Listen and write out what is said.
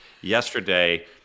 yesterday